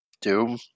Doom